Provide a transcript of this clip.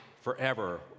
forever